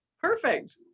Perfect